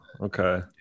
Okay